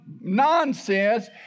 nonsense